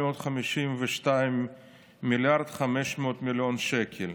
452 מיליארד ו-500 מיליון שקל.